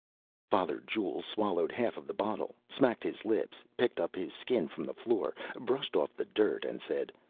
father jules swallowed half of the bottle, smacked his lips, picked up his skin from the floor, brushed off the dirt and said,